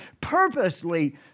Purposely